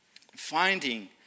finding